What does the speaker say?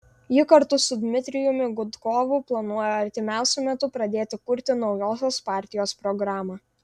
ji kartu su dmitrijumi gudkovu planuoja artimiausiu metu pradėti kurti naujosios partijos programą